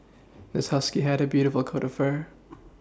this husky had a beautiful coat of fur